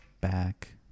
back